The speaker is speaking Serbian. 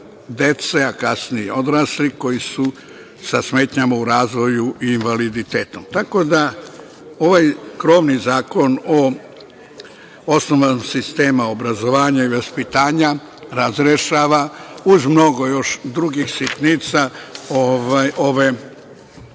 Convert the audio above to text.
dece, a kasnije i odraslih koji su sa smetnjama u razvoju i invaliditetom. Tako da, ovaj krovni zakon o osnovama sistema obrazovanja i vaspitanja razrešava, uz mnogo još drugih sitnica, ove